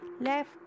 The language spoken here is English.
left